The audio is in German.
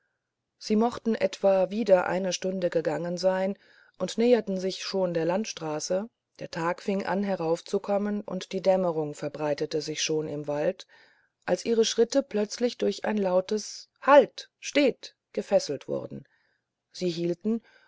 sie mochten etwa wieder eine stunde gegangen sein und näherten sich schon der landstraße der tag fing an heraufzukommen und die dämmerung verbreitete sich schon im wald als ihre schritte plötzlich durch ein lautes halt steht gefesselt wurden sie hielten